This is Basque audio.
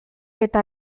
eta